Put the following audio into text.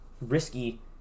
risky